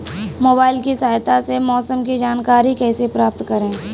Mobile की सहायता से मौसम की जानकारी कैसे प्राप्त करें?